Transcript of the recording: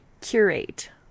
curate